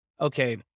okay